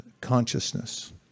consciousness